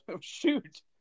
Shoot